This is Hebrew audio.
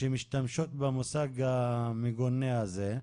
שמשתמשות במושג המגונה הזה,